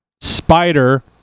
spider